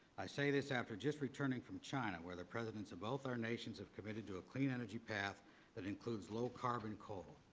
i say this after just returning from china, where the presidents of both our nations have committed to a clean energy path that includes low carbon coal.